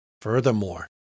Furthermore